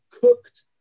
cooked